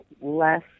less